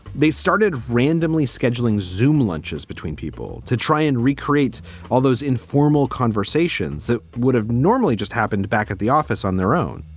they started randomly scheduling zoom lunches between people to try and recreate all those informal conversations that would have normally just happened back at the office on their own